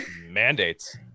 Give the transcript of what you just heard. Mandates